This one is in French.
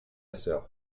sœur